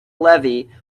levee